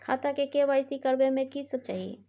खाता के के.वाई.सी करबै में की सब चाही?